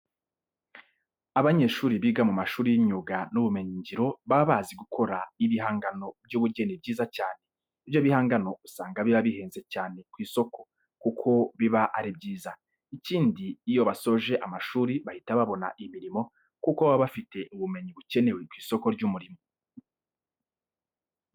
Abanyeshuri biga mu mashuri y'imyuga n'ubumenyingiro baba bazi gukora ibihangano by'ubugeni byiza cyane. Ibyo bihangano usanga biba bihenze cyane ku isoko kuko biba ari byiza. Ikindi iyo basoje amashuri bahita babona imirimo kuko baba bafite ubumenyi bukenewe ku isoko ry'umurimo.